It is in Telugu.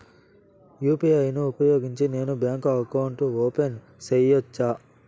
యు.పి.ఐ ను ఉపయోగించి నేను బ్యాంకు అకౌంట్ ఓపెన్ సేయొచ్చా?